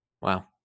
Wow